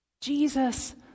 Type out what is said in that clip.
Jesus